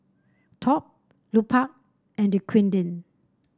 Top Lupark and Dequadin